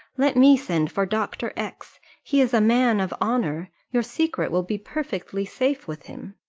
let me send for dr. x he is a man of honour, your secret will be perfectly safe with him.